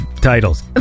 titles